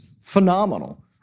phenomenal